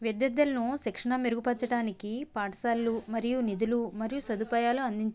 విద్యార్థులను శిక్షణ మెరుగుపరచడానికి పాఠశాలలు మరియు నిధులు మరియు సదుపాయాలు అంది